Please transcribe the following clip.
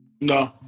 No